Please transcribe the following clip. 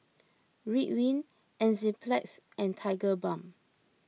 Ridwind Enzyplex and Tigerbalm